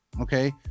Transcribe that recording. Okay